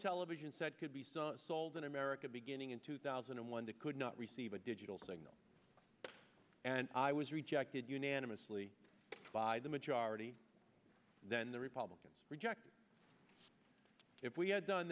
television set could be so sold in america beginning in two thousand and one that could not receive a digital signal and i was rejected unanimously by the majority then the republicans rejected if we had done